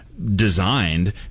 designed